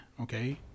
Okay